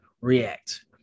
react